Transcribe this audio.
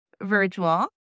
virtual